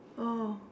oh